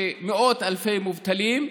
מאות אלפי מובטלים,